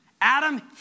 Adam